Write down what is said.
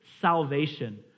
salvation